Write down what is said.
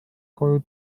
koju